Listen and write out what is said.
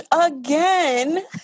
again